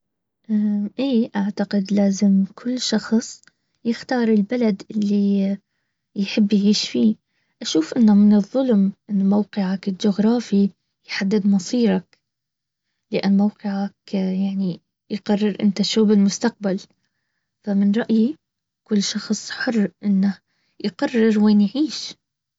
ايه اعتقد لازم كل شخص يختار البلد اللي يحب يعيش فيه اشوف انه من الظلم انه موقعك الجغرافي يحدد مصيرك. لان موقعك يعني يقرر انت شو بالمستقبل. فمن رأيي كل شخص حرانه يقرر وين بعيش